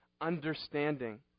understanding